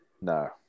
No